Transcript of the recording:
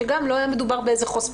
שגם לא היה מדובר על חושפנות,